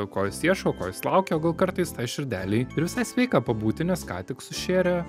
ko jis ieško ko jis laukia gal kartais tai širdelei ir visai sveika pabūti nes ką tik sušėrė